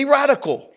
radical